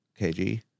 Kg